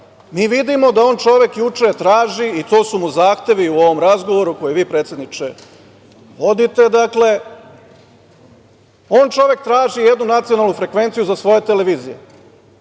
mi vidimo da on, čovek, traži, i to su mu zahtevi u ovom razgovoru, koji vi predsedniče vodite, dakle, jednu nacionalnu frekvenciju za svoje televizije.